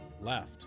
left